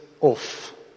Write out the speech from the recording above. off